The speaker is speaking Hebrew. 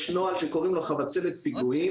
יש נוהל שקוראים לו חבצלת פיגועים.